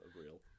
real